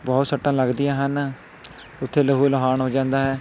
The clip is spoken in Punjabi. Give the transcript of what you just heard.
ਬਹੁਤ ਸੱਟਾਂ ਲੱਗਦੀਆਂ ਹਨ ਉੱਥੇ ਲਹੂ ਲਹਾਣ ਹੋ ਜਾਂਦਾ ਹੈ